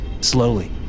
Slowly